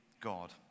God